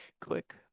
click